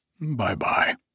Bye-bye